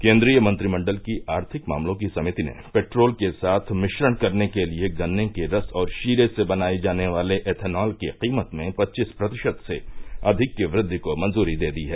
केन्द्रीय मंत्रिमंडल की आर्थिक मामलों की समिति ने पेट्रोल के साथ मिश्रण करने के लिए गन्ने के रस और शीरे से बनाये जाने वाले एथनॉल की कीमत में पच्चीस प्रतिशत से अधिक की वृद्धि को मंजूरी दे दी है